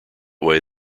way